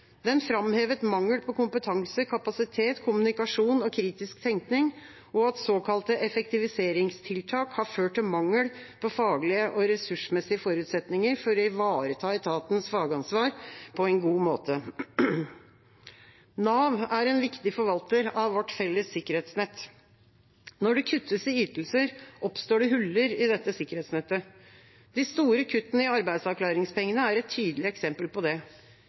Den framhevet mangel på kompetanse, kapasitet, kommunikasjon og kritisk tenkning, og at såkalte effektiviseringstiltak har ført til mangel på faglige og ressursmessige forutsetninger for å ivareta etatens fagansvar på en god måte. Nav er en viktig forvalter av vårt felles sikkerhetsnett. Når det kuttes i ytelser, oppstår det huller i dette sikkerhetsnettet. De store kuttene i arbeidsavklaringspengene er et tydelig eksempel på det.